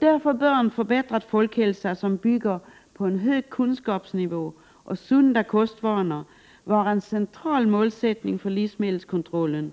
Därför bör en förbättrad folkhälsa, som bygger på en hög kunskapsnivå och sunda kostvanor, vara en central målsättning för livsmedelskontrollen